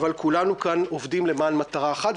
אבל כולנו כאן עובדים למען מטרה אחת,